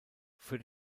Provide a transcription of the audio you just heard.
für